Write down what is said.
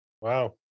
Wow